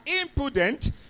impudent